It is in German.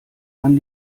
man